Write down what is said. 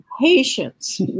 Patience